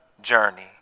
journey